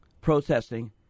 protesting